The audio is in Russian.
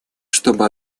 чтобы